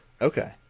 Okay